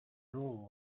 room